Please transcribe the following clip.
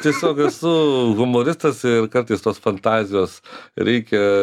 tiesiog esu humoristas ir kartais tos fantazijos reikia